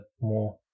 more